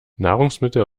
nahrungsmittel